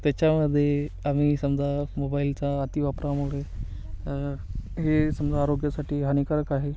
त्याच्यामध्ये आम्ही समजा मोबाईलचा अतिवापरामुळे हे समजा आरोग्यासाठी हानीकारक आहे